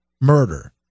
murder